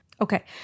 Okay